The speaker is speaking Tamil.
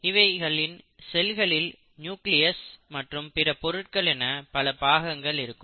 இவைகளின் செல்களில் நியூக்ளியஸ் பிற பொருட்கள் என பல பாகங்கள் இருக்கும்